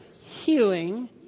healing